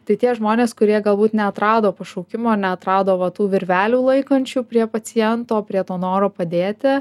tai tie žmonės kurie galbūt neatrado pašaukimo neatrado va tų virvelių laikančių prie paciento prie to noro padėti